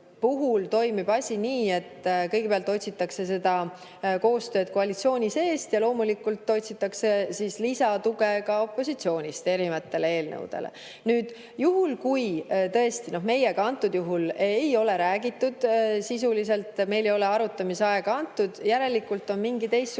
toimib asi nii, et kõigepealt otsitakse koostööd koalitsiooni seest ja loomulikult otsitakse lisatuge ka opositsioonist erinevatele eelnõudele. Meiega praegusel juhul ei ole räägitud sisuliselt, meile ei ole arutamise aega antud, järelikult on mingi teistsugune